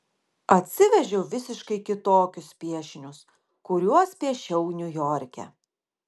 atsivežiau visiškai kitokius piešinius kuriuos piešiau niujorke